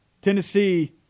Tennessee